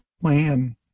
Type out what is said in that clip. plan